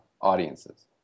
audiences